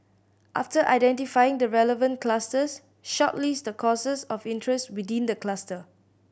after identifying the relevant clusters shortlist the courses of interest within the cluster